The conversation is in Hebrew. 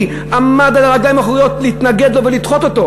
עמד על הרגליים האחוריות להתנגד לו ולדחות אותו.